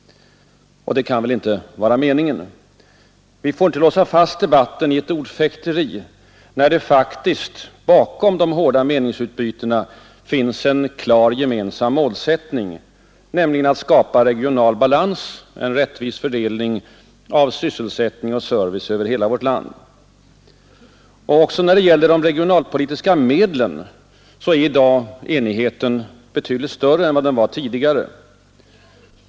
Och det kan väl inte vara meningen. Vi får inte låsa fast debatten i ett ordfäkteri, när det faktiskt bakom de hårda meningsutbytena finns en klar gemensam målsättning, nämligen att skapa regional balans — en rättvis fördelning av sysselsättning och service över vårt land. Också när det gäller de regionalpolitiska medlen är i dag enigheten betydligt större än den var tidigare.